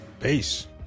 Peace